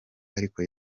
ariko